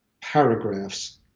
paragraphs